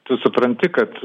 tu supranti kad